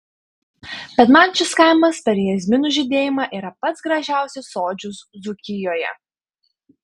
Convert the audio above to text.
bet man šis kaimas per jazminų žydėjimą yra pats gražiausias sodžius dzūkijoje